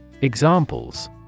Examples